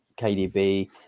KDB